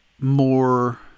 more